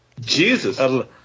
Jesus